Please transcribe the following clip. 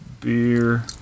beer